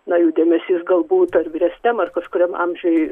na jų dėmesys galbūt ar vyresniam ar kažkuriam amžiuj